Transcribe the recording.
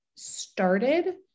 started